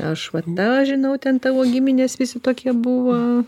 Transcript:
aš vat tą žinau ten tavo giminės visi tokie buvo